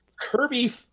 Kirby